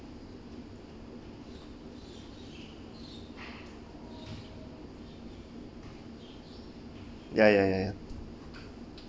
ya ya ya ya